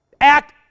act